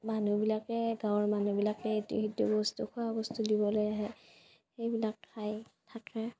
মানুহবিলাকে গাঁৱৰ মানুহবিলাকে ইটো সিটো বস্তু খোৱা বস্তু দিবলৈ আহে এইবিলাক খাই থাকে